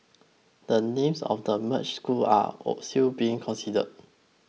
the names of the merged schools are all still being considered